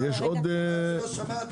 אעשה.